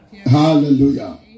Hallelujah